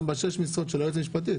גם בשש המשרות של הייעוץ המשפטי,